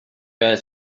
were